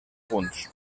punts